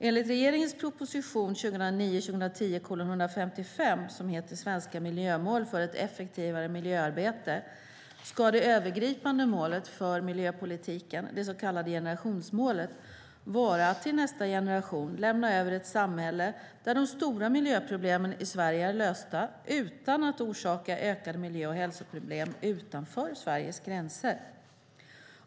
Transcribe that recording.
Enligt regeringens proposition 2009/10:155 Svenska miljömål - för ett effektivare miljöarbete ska det övergripande målet för miljöpolitiken, det så kallade generationsmålet, vara att till nästa generation lämna över ett samhälle där de stora miljöproblemen i Sverige är lösta utan att orsaka ökade miljö och hälsoproblem utanför Sveriges gränser.